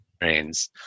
trains